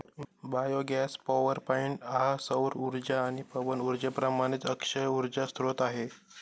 biogas power point हा सौर उर्जा आणि पवन उर्जेप्रमाणेच अक्षय उर्जा स्त्रोत आहे